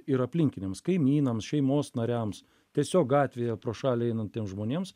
ir aplinkiniams kaimynams šeimos nariams tiesiog gatvėje pro šalį einantiems žmonėms